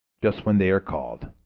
just when they are called.